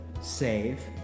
save